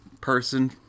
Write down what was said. person